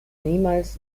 niemals